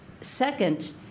second